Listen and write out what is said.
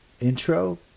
intro